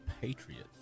Patriots